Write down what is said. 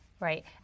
Right